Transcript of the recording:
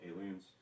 aliens